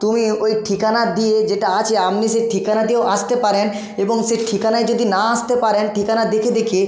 তুমি ওই ঠিকানা দিয়ে যেটা আছে আপনি সেই ঠিকানাতেও আসতে পারেন এবং সে ঠিকানায় যদি না আসতে পারেন ঠিকানা দেখে দেখে